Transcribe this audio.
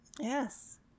Yes